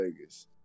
Vegas